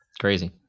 crazy